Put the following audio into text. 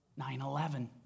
9-11